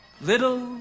little